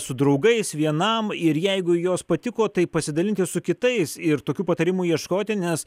su draugais vienam ir jeigu jos patiko tai pasidalinti su kitais ir tokių patarimų ieškoti nes